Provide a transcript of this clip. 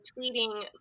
tweeting